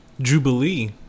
Jubilee